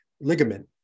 ligament